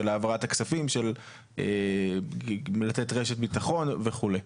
של העברת הכספים ולתת רשת ביטחון וכו'.